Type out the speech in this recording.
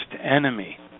enemy